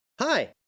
Hi